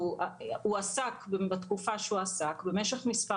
שהוא הועסק בתקופה שהוא הועסק במשך מספר